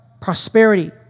prosperity